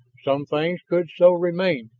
some things could so remain,